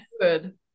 Good